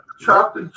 Chopped